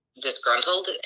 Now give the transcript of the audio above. disgruntled